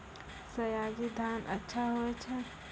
सयाजी धान अच्छा होय छै?